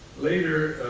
later,